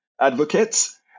advocates